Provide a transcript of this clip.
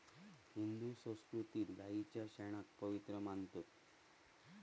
हिंदू संस्कृतीत गायीच्या शेणाक पवित्र मानतत